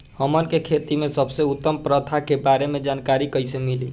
हमन के खेती में सबसे उत्तम प्रथा के बारे में जानकारी कैसे मिली?